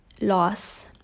loss